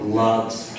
loves